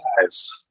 guys